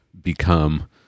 become